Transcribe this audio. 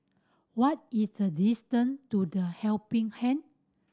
what is the distant to The Helping Hand